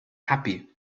happy